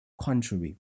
contrary